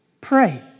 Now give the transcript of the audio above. pray